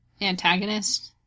antagonist